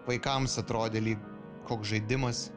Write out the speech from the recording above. vaikams atrodė lyg koks žaidimas